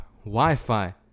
Wi-Fi